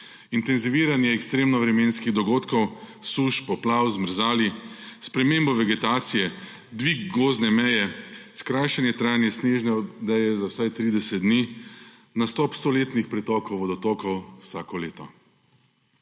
intenziviranje ekstremnih vremenskih dogodkov, suš, poplav, zmrzali, spremembo vegetacije, dvig gozdne meje, skrajšanje trajanja snežne odeje za vsaj 30 dni, nastop stoletnih pretokov vodotokov vsako leto.